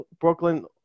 Brooklyn